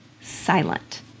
silent